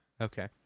Okay